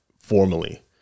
formally